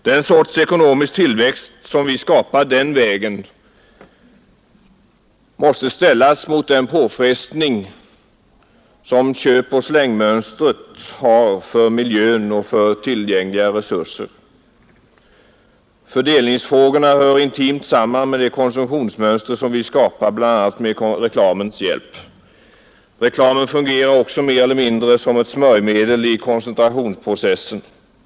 Den ekonomiska tillväxt som vi skapar den vägen måste ställas mot den påfrestning som köp-och-slängmönstret utgör för miljön och för tillgängliga resurser. Fördelningsfrågorna hör intimt samman med det konsumtionsmönster vi skapar, bl.a. med reklamens hjälp. Reklamen fungerar också mer eller mindre som ett smörjmedel i koncentrationsprocessen.